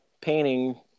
painting